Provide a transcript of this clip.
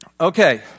Okay